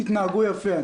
אם תתנהגו יפה.